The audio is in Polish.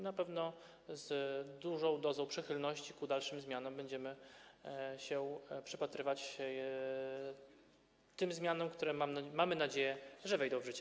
Na pewno z dużą dozą przychylności ku dalszym zmianom będziemy się przypatrywać tym zmianom, które, mamy nadzieję, wejdą w życie.